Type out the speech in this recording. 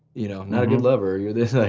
you know, not a good lover, you're this ah